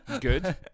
Good